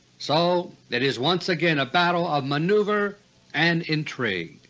so it is once again a battle of maneuver and intrigue.